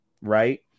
Right